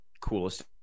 coolest